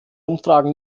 umfragen